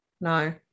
no